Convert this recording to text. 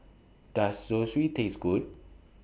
Does Zosui Taste Good